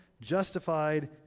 justified